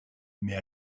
mais